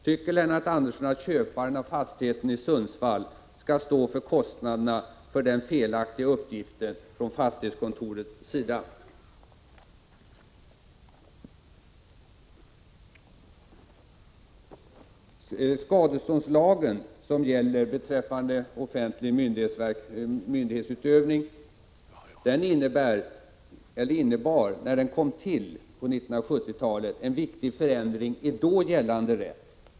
Tycker Lennart Andersson att köparen av fastigheten i Sundsvall skall stå för kostnaderna för den felaktiga uppgiften från fastighetskontoret? Skadeståndslagen, som gäller beträffande offentlig myndighetsutövning, innebar när den kom till på 1970-talet en viktig förändring i då gällande rätt.